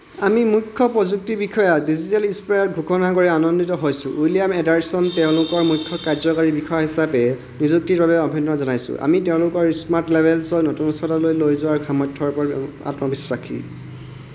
আমি মুখ্য প্ৰযুক্তি বিষয়া ডিজিটেল স্ফিয়াৰত ঘোষণা কৰি আনন্দিত হৈছোঁ উইলিয়াম এণ্ডাৰছন তেওঁলোকৰ মুখ্য কাৰ্য্যকৰী বিষয়া হিচাপে নিযুক্তিৰ বাবে অভিনন্দন জনাইছোঁ আমি তেওঁলোকৰ স্মাৰ্টলেবেলছক নতুন উচ্চতালৈ লৈ যোৱাৰ সামৰ্থ্যৰ ওপৰত আত্মবিশ্বাসী